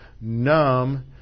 numb